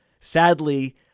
Sadly